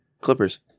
clippers